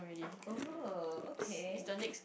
oh okay